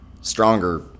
stronger